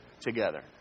together